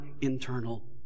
internal